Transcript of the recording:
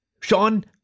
Sean